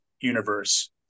universe